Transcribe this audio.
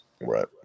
Right